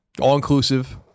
All-inclusive